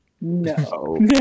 No